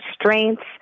strengths